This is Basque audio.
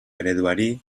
ereduari